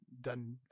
done